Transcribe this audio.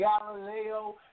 Galileo